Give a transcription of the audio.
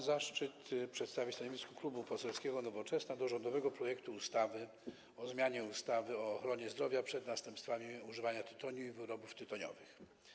Mam zaszczyt przedstawić stanowisko Klubu Poselskiego Nowoczesna odnośnie do rządowego projektu ustawy o zmianie ustawy o ochronie zdrowia przed następstwami używania tytoniu i wyrobów tytoniowych.